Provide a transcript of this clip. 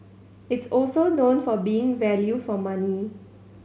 it's also known for being value for money